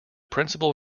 principal